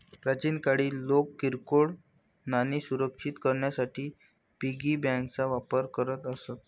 प्राचीन काळी लोक किरकोळ नाणी सुरक्षित करण्यासाठी पिगी बँकांचा वापर करत असत